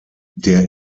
der